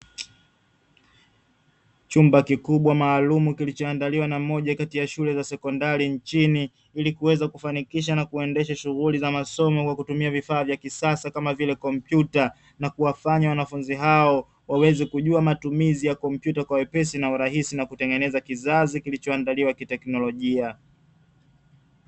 Chumba kikubwa maalumu kilichoandaliwa na mmoja kati ya shule za sekondari nchini, ili kuweza kufanikisha na kuendesha shughuli za masomo kwa kutumia vifaa vya kisasa kama vile kompyuta, na kuwafanya wanafunzi hao waweze kujua matumizi ya kompyuta kwa wepesi na urahisi na kutengeneza kizazi kilichoandaliwa kiteknolojia.